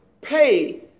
pay